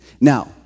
Now